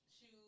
shoes